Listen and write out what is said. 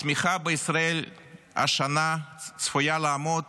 הצמיחה בישראל השנה צפויה לעמוד